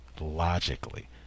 logically